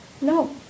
no